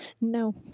No